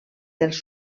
dels